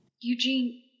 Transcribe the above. Eugene